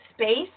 space